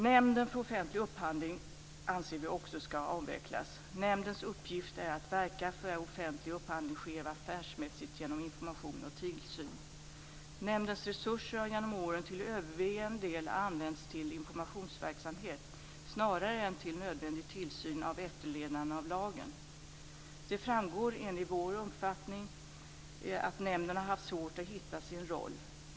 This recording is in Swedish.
Nämnden för offentlig upphandling anser vi också skall avvecklas. Nämndens uppgift är att verka för att offentlig upphandling sker affärsmässigt genom information och tillsyn. Nämndens resurser har genom åren till övervägande del använts till informationsverksamhet snarare än till nödvändig tillsyn av efterlevnaden av lagen. Det framgår enligt vår uppfattning att nämnden har haft svårt att hitta sin roll.